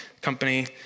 company